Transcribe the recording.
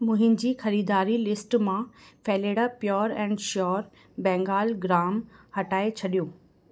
मुंहिंजी ख़रीदारी लिस्ट मां फेलेडा pure and sure Bengal gram हटाए छॾियो